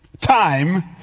Time